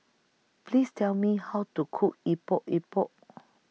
Please Tell Me How to Cook Epok Epok